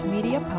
Media